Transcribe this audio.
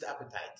appetite